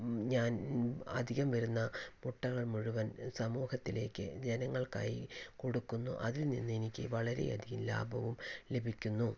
ഞാൻ അധികം വരുന്ന മുട്ടകൾ മുഴുവൻ സമൂഹത്തിലേക്ക് ജനങ്ങൾക്കായി കൊടുക്കുന്നു അതിൽ നിന്ന് എനിക്ക് വളരെയധികം ലാഭവും ലഭിക്കുന്നു